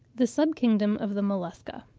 the sub-kingdom of the mollusca.